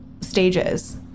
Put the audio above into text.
stages